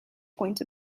point